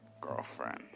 girlfriend